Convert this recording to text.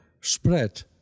spread